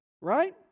Right